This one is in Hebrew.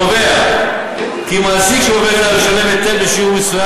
קובע כי מעסיק של עובד זר ישלם היטל בשיעור מסוים